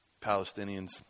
Palestinians